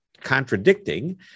contradicting